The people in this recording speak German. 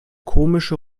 komische